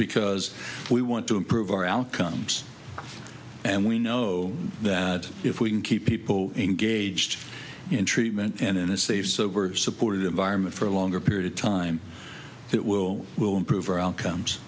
because we want to improve our outcomes and we know that if we can keep people engaged in treatment and in a safe sober supportive environment for a longer period of time it will improve our outcomes